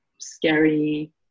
scary